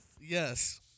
yes